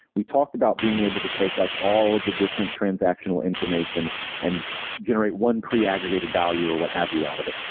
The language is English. we talked about being able to take like all of the different transactional information and generate one pre-aggregated value or what have you out of it.